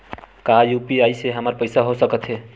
का यू.पी.आई से हमर पईसा हो सकत हे?